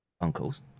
uncle's